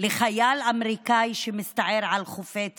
לחייל אמריקאי שמסתער על חופי צרפת,